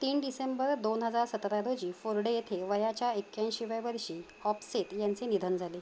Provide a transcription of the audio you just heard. तीन डिसेंबर दोन हजार सतरा रोजी फोर्डे येथे वयाच्या एक्याऐंशिव्या वर्षी ऑप्सेट यांचे निधन झाले